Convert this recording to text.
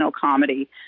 comedy